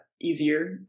easier